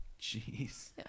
Jeez